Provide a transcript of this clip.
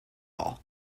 all